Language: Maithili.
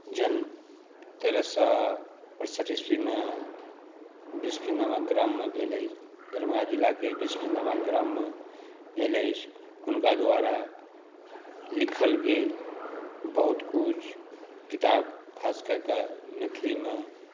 जन्म तेरह सए अठसठि ईस्वीमे बिस्फी नामक ग्राममे भेल अछि दरभङ्गा जिलाके बिस्फी नामक ग्राममे भेल अछि हुनका द्वारा लिखल गेल बहुत कुछ किताब खास कए कऽ मैथिलीमे